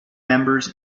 members